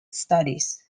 studies